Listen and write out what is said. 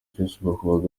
facebook